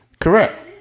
correct